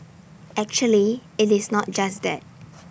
actually IT is not just that